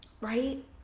right